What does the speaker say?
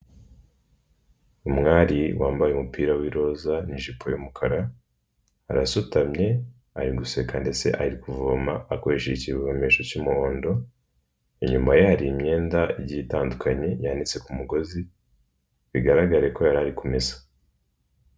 Umwari wambaye umupira w'iroza n'ijipo y'umukara arasutamye, ari guseka ndetse ari kuvoma akoresha ikivomesho cy'umuhondo, inyuma yari imyenda igiye itandukanye yanitse ku mugozi bigaragaye ko yari ari kumesa.